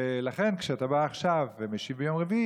בשומר החומות,